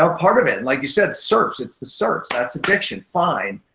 um part of it. like you said, search. it's the search. that's addiction, find.